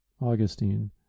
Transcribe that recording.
Augustine